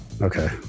Okay